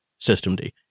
SystemD